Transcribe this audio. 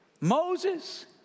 Moses